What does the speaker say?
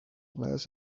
less